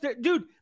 dude